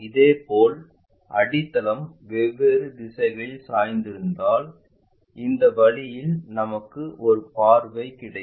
இதேபோல் அடித்தளம் வெவ்வேறு திசைகளில் சாய்ந்திருந்தால் இந்த வழியில் நமக்கு ஒரு பார்வை இருக்கும்